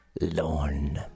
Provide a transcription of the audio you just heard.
Lorne